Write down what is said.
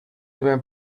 even